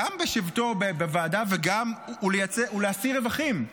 גם בשבתו בוועדה, הוא להשיא רווחים.